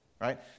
right